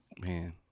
Man